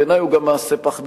בעיני הוא גם מעשה פחדני,